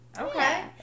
Okay